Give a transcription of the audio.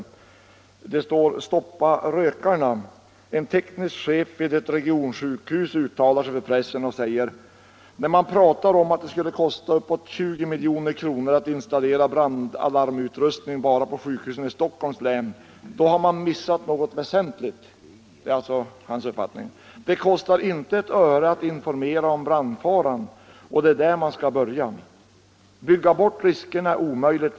Under rubriken Stoppa rökarna återges bl.a. ett uttalande av en teknisk chef vid ett regionsjukhus. Han säger: ”När man pratar om att det skulle kosta uppåt 20 milj.kr. att installera brandalarmutrustning bara på sjukhusen i Stockholms län, då har man missat något väsentligt. Det kostar inte ett öre att informera om brandfaran och det är där man ska börja. Bygga bort riskerna är omöjligt.